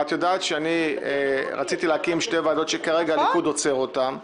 את יודעת שרציתי להקים שתי ועדות שהליכוד עוצר אותן כרגע,